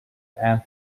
and